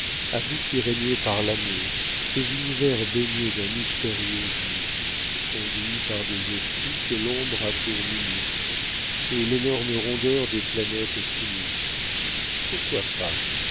à vous qui régnez par l'amour ces univers baignés d'un mystérieux jour conduits par des esprits que l'ombre a pour ministres et l'énorme rondeur des planètes sinistres pourquoi pas